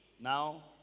Now